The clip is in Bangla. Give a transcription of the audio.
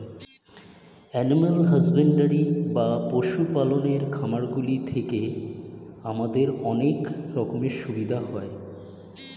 এনিম্যাল হাসব্যান্ডরি বা পশু পালনের খামারগুলি থেকে আমাদের অনেক রকমের সুবিধা হয়